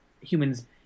humans